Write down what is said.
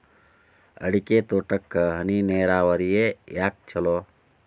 ಅಡಿಕೆ ತೋಟಕ್ಕ ಹನಿ ನೇರಾವರಿಯೇ ಯಾಕ ಛಲೋ?